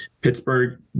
Pittsburgh